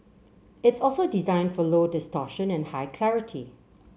it's also designed for low distortion and high clarity